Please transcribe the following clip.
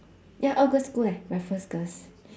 ya all girls' school leh raffles girls